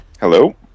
Hello